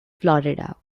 florida